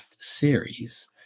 series